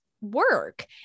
work